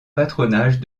patronage